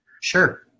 Sure